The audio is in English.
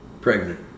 pregnant